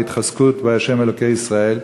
בהתחזקות בה' אלוקי ישראל.